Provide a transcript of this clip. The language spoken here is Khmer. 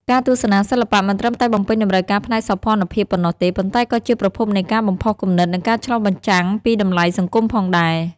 ការទស្សនាសិល្បៈមិនត្រឹមតែបំពេញតម្រូវការផ្នែកសោភ័ណភាពប៉ុណ្ណោះទេ ប៉ុន្តែក៏ជាប្រភពនៃការបំផុសគំនិត និងការឆ្លុះបញ្ចាំងពីតម្លៃសង្គមផងដែរ។